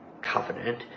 covenant